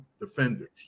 defenders